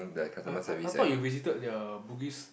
I I I thought you visited their Bugis